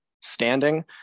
standing